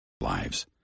lives